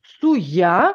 su ja